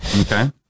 Okay